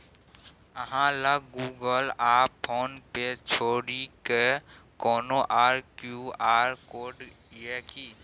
अहाँ लग गुगल आ फोन पे छोड़िकए कोनो आर क्यू.आर कोड यै कि?